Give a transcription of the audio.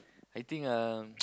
I think um